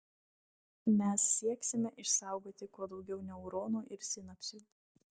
mes sieksime išsaugoti kuo daugiau neuronų ir sinapsių